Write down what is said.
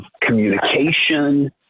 communication